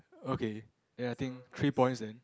okay then I think three points then